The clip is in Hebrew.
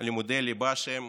לימודי ליבה, שהם